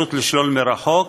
אפשרות לשלול מרחוק,